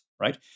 right